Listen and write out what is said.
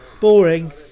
Boring